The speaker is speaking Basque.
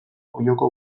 olloko